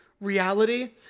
reality